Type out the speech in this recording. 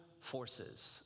forces